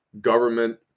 government